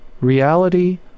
reality